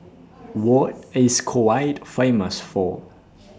What IS Kuwait Famous For